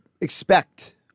expect